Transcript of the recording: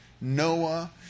noah